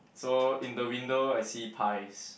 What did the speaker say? so in the window I see pies